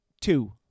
Two